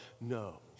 no